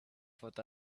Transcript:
thought